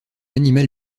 animal